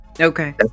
okay